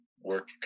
work